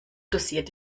dosiert